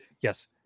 yes